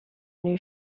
new